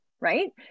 right